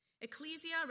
Ecclesia